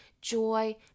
joy